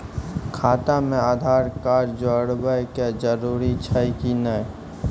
खाता म आधार कार्ड जोड़वा के जरूरी छै कि नैय?